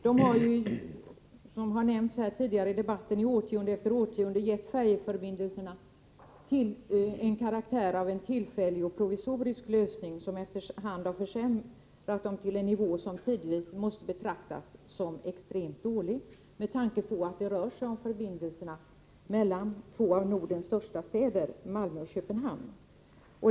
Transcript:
Som tidigare har nämnts i debatten, har detta i årtionde efter årtionde gett färjeförbindelserna karaktären av en tillfällig och provisorisk lösning, som efter hand har försämrat dem till en nivå som tidvis måste betraktas som extremt dålig med tanke på att det rör sig om förbindelserna mellan två av Nordens största städer, Malmö och Köpenhamn.